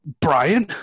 Brian